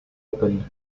opened